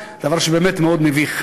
דבר שהוא באמת מאוד מביך.